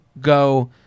go